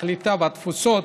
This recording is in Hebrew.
הקליטה והתפוצות.